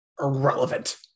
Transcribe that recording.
irrelevant